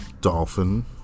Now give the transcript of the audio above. dolphin